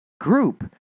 group